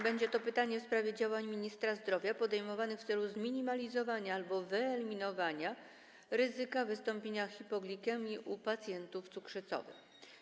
Będzie to pytanie w sprawie działań ministra zdrowia podejmowanych w celu zminimalizowania albo wyeliminowania ryzyka wystąpienia hipoglikemii u pacjentów cukrzycowych.